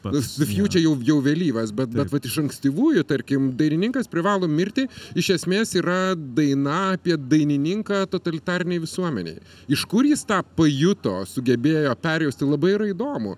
pasak jų čia jau jau vėlyvas bet vat iš ankstyvųjų tarkim dainininkas privalo mirti iš esmės yra daina apie dainininką totalitarinėj visuomenėj iš kur jis tą pajuto sugebėjo perjausti labai yra įdomu